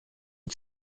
und